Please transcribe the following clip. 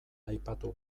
aipatu